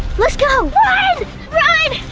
let's go! run!